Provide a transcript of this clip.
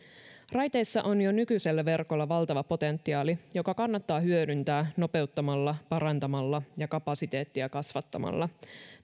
raiteissa on jo nykyisellä verkolla valtava potentiaali joka kannattaa hyödyntää nopeuttamalla parantamalla ja kapasiteettia kasvattamalla